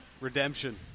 redemption